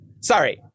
sorry